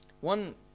one